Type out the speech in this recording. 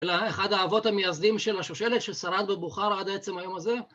אלא אחד האבות המייסדים של השושלת ששרד בבוכרה עד עצם היום הזה